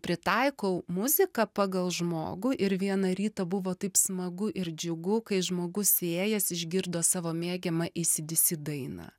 pritaikau muziką pagal žmogų ir vieną rytą buvo taip smagu ir džiugu kai žmogus įėjęs išgirdo savo mėgiamą acdc dainą